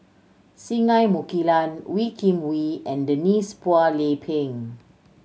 Singai Mukilan Wee Kim Wee and Denise Phua Lay Peng